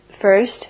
First